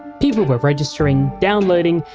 people were registering, downloading,